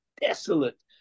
desolate